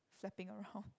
flapping around